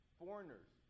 foreigners